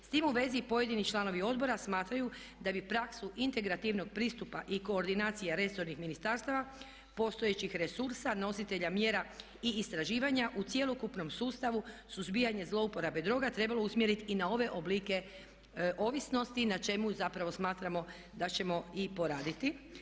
S time u vezi i pojedini članovi odbora smatraju da bi praksu integrativnog pristupa i koordinacija resornih ministarstava, postojećih resursa, nositelja mjera i istraživanja u cjelokupnom sustavu suzbijanje zlouporabe droga trebalo usmjeriti i na ove oblike ovisnosti i na čemu zapravo smatramo da ćemo i poraditi.